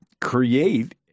create